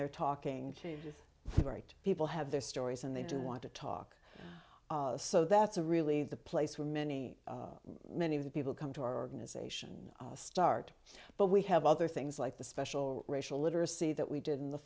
they're talking to the very people have their stories and they do want to talk so that's a really the place where many many of the people come to our organization start but we have other things like the special racial literacy that we did in the